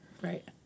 right